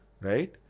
right